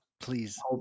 please